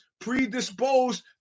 predisposed